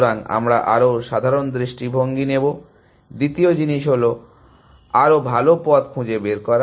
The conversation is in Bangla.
সুতরাং আমরা আরও সাধারণ দৃষ্টিভঙ্গি নেব দ্বিতীয় জিনিস হল আরও ভাল পথ খুঁজে বের করা